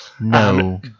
No